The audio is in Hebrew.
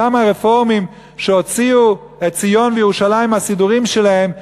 אותם הרפורמים שהוציאו את ציון וירושלים מהסידורים שלהם,